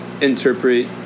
interpret